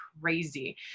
crazy